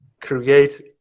create